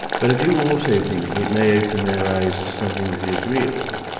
but i do also think it may open their eyes to something that is real.